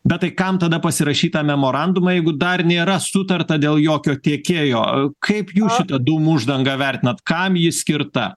bet tai kam tada pasirašyt tą memorandumą jeigu dar nėra sutarta dėl jokio tiekėjo kaip jūs dūmų uždangą vertinat kam ji skirta